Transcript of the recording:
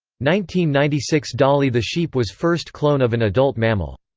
ninety ninety six dolly the sheep was first clone of an adult mammal.